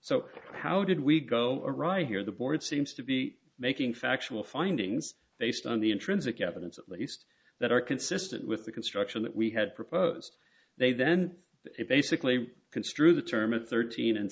so how did we go awry here the board seems to be making factual findings based on the intrinsic evidence at least that are consistent with the construction that we had proposed they then basically construe the term at thirteen and